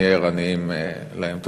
נהיה ערניים להם.